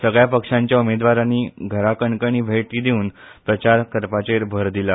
सगल्या पक्षांच्या उमेदवारांनी घराकणकणी भेटी दिवन प्रचार करपाचेर भर दिला